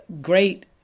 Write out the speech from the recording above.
great